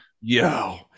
Yo